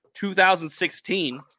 2016